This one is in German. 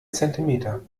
zentimeter